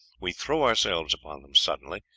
we throw ourselves upon them suddenly,